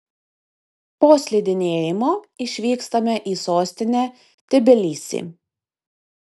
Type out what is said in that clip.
po slidinėjimo išvykstame į sostinę tbilisį